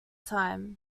time